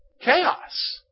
Chaos